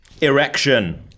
Erection